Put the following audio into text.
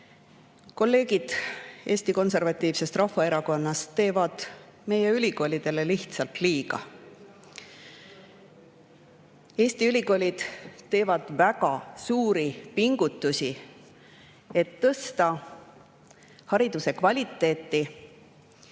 kolleegid Eesti Konservatiivsest Rahvaerakonnast teevad meie ülikoolidele lihtsalt liiga. Eesti ülikoolid teevad väga suuri pingutusi, et tõsta hariduse kvaliteeti,